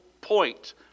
point